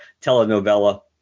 telenovela